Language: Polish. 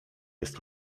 jest